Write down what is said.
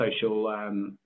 social